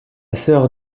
sœur